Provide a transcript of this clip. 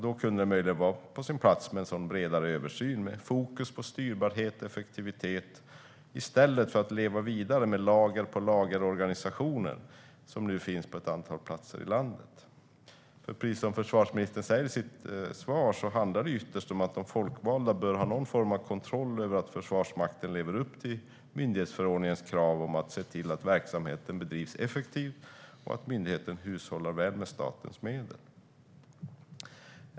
Då kunde det möjligen vara på sin plats med en bredare översyn med fokus på styrbarhet och effektivitet, i stället för att leva vidare med de lager-på-lager-organisationer som nu finns på ett antal platser i landet. Precis som försvarsministern säger handlar det ytterst om att de folkvalda bör ha någon form av kontroll över att Försvarsmakten lever upp till myndighetsförordningens krav om att se till att verksamheten bedrivs effektivt och att myndigheten hushållar väl med statens medel.